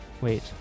Wait